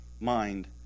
mind